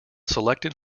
selected